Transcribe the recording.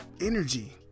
energy